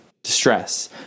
Distress